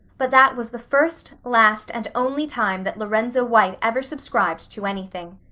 but that was the first, last, and only time that lorenzo white ever subscribed to anything.